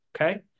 Okay